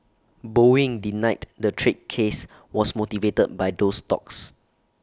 boeing denied the trade case was motivated by those talks